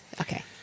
Okay